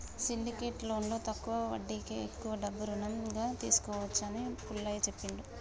syndicate లోన్లో తక్కువ వడ్డీకే ఎక్కువ డబ్బు రుణంగా తీసుకోవచ్చు అని పుల్లయ్య చెప్పిండు